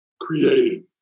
created